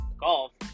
golf